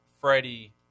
Freddie